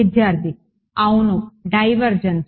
విద్యార్థి అవును డైవర్జెన్స్